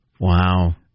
Wow